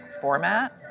format